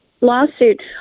lawsuit